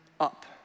Up